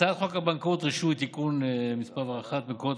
הצעת חוק הבנקאות (רישוי) (הרחבת מקורות